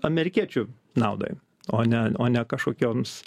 amerikiečių naudai o ne o ne kažkokioms